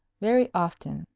very often,